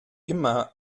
immer